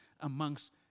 amongst